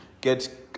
get